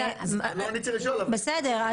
--- בסדר,